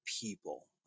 people